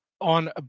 on